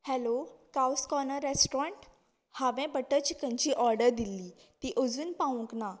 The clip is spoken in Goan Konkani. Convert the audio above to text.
हॅलो कावस कॉर्नस रॅस्टोरंट हांवें बटर चिकनाची ऑर्डर दिल्ली ती अजून पावूंक ना